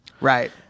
Right